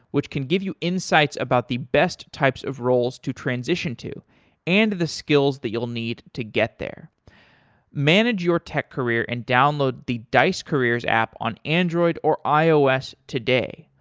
which can give you insights about the best types of roles to transition to and the skills that you'll need to get there manage your tech career and download the dice careers app on android or ios today.